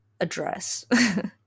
address